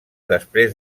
després